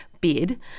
bid